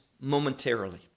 momentarily